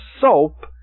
soap